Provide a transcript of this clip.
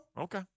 Okay